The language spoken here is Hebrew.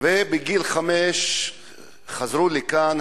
וכשהיה בגיל חמש הם חזרו לכאן.